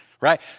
Right